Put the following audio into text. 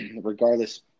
regardless